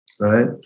right